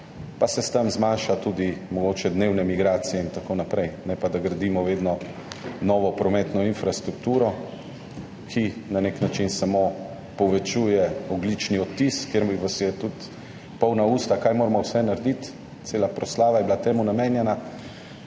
pa se s tem zmanjša mogoče tudi dnevne migracije in tako naprej. Ne pa da gradimo vedno novo prometno infrastrukturo, ki na nek način samo povečuje ogljični odtis. Ker vas so tudi polna usta, kaj vse moramo narediti, cela proslava je bila temu namenjena,